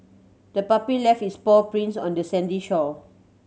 the puppy left its paw prints on the sandy shore